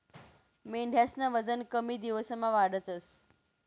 मेंढ्यास्नं वजन कमी दिवसमा वाढस